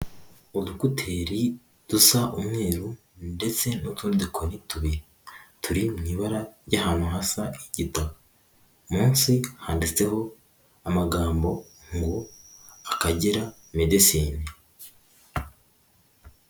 Udukuteri dusa umweru ndetse n'utundi dukoni tubiri turi mu ibara ry'ahantu hasa igitaka, munsi handitseho amagambo ngo ''Akagera medecine.''